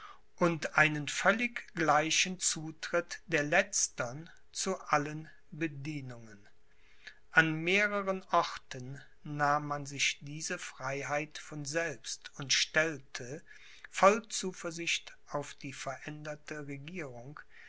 und einen völlig gleichen zutritt der letztern zu allen bedienungen an mehreren orten nahm man sich diese freiheit von selbst und stellte voll zuversicht auf die veränderte regierung